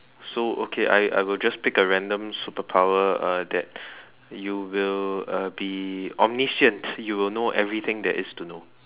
so okay I I will just pick a random superpower uh that you will uh be omniscient you will know everything that is to know